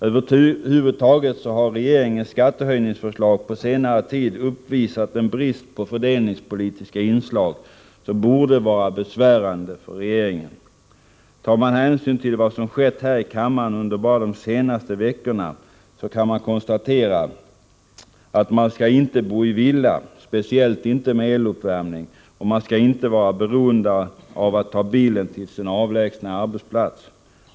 Över huvud taget har regeringens skattehöjningsförslag på senare tid uppvisat en brist på fördelningspolitiska inslag som borde vara besvärande förtegeringen. Tar man hänsyn till vad som skett här i kammaren under bara de senaste veckorna kan man konstatera att man inte skall bo i villa, speciellt inte med eluppvärmning, och man skall inte vara beroende av att ta bilen till sin avlägsna arbetsplats.